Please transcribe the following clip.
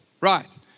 Right